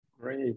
Great